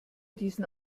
diesen